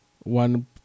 One